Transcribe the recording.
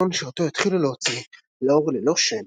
עיתון שאותו התחילו להוציא לאור ללא שם,